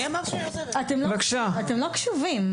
אתם לא קשובים.